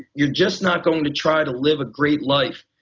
you're just not going to try to live a great life.